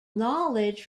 knowledge